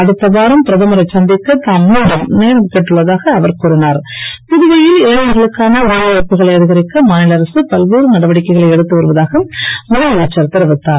அடுத்த வாரம் பிரதமரை சந்திக்க தாம் மீண்டும் நேரம் கேட்டுள்ள தாக அவர் இளைஞர்களுக்கான வேலை வாய்ப்புகளை அதிகரிக்க மாநில அரசு பல்வேறு நடவடிக்கைகளை எடுத்து வருவதாக முதலமைச்சர் தெரிவித்தார்